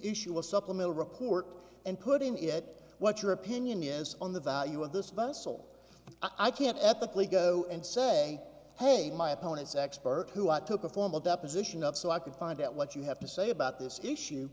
issue a supplemental report and putting it what your opinion is on the value of this bustle i can't at the please go and say hey my opponent's expert who i took a formal deposition of so i could find out what you have to say about this issue